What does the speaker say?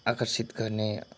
आकर्षित गर्ने